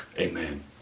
Amen